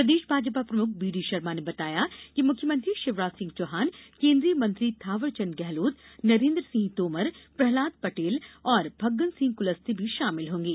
प्रदेश भाजपा प्रमुख बीडी शर्मा ने बताया कि मुख्यमंत्री शिवराज सिंह चौहान केंद्रीय मंत्री थावरचंद गहलोत नरेंद्र सिंह तोमर प्रहलॉद पटेल और फग्गन सिंह कुलस्ते भी शामिल होंगे